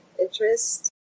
interest